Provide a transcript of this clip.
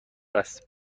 است